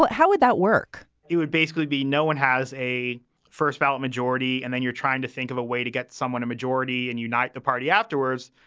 but how would that work? it would basically be no one has a first ballot majority. and then you're trying to think of a way to get someone a majority and unite the party afterwards.